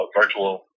virtual